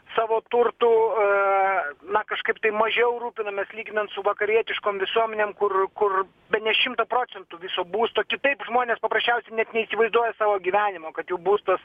savo turtu na kažkaip tai mažiau rūpinamės lyginant su vakarietiškom visuomenėm kur kur bene šimtą procentų viso būsto kitaip žmonės paprasčiausiai net neįsivaizduoja savo gyvenimo kad jų būstas